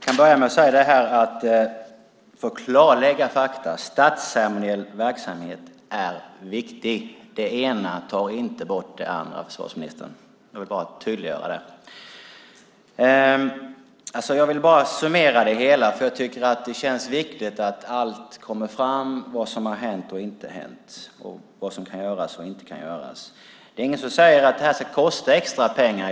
Fru talman! För att klarlägga fakta kan jag börja med att säga att statsceremoniell verksamhet är viktig. Det ena tar inte bort det andra, försvarsministern. Jag vill bara tydliggöra det. Jag vill summera det hela, för jag tycker att det känns viktigt att allt kommer fram om vad som har hänt och vad som inte har hänt, vad som kan göras och vad som inte kan göras. Det är inget som säger att det här ska kosta extra pengar.